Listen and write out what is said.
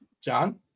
John